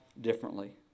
differently